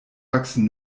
wachsen